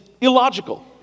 illogical